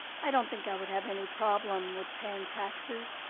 i don't think i would have any problem with paying taxes.